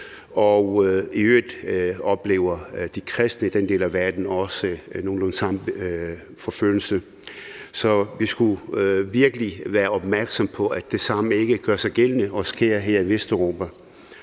I øvrigt oplever de kristne i den del af verden også nogenlunde samme forfølgelse. Så vi skal virkelig være opmærksomme på, at det samme ikke gør sig gældende og sker her i Vesteuropa.